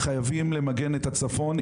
חייבים למגן את הצפון,